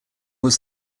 was